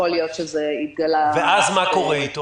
יכול להיות שזה התגלה --- מה קורה איתי אז?